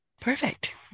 Perfect